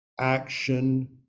action